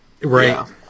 Right